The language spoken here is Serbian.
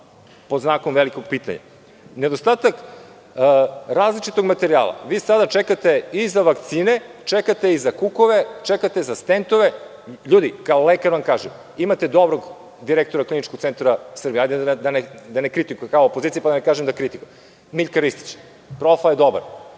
pod velikim znakom pitanja. Nedostatak različitog materijala. Vi sada čekate i za vakcine, čekate i za kukove, čekate za stentove. Ljudi, kao lekar vam kažem, imate dobrog direktora Kliničkog centra Srbije, da ne kritikujem kao opozicija, Miljka Ristića, profa je dobar,